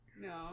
No